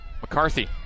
McCarthy